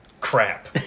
Crap